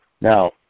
Now